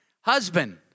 Husband